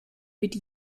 mit